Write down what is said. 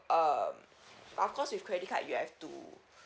um but of course with credit card you have to